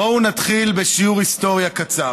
בואו נתחיל בשיעור היסטוריה קצר.